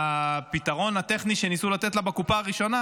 והפתרון הטכני שניסו לתת לה בקופה הראשונה,